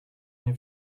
nie